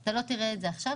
אתה לא תראה את זה עכשיו.